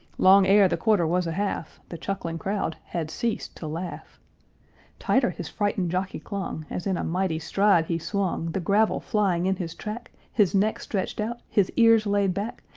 long ere the quarter was a half, the chuckling crowd had ceased to laugh tighter his frightened jockey clung as in a mighty stride he swung, the gravel flying in his track, his neck stretched out, his ears laid back,